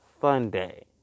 Sunday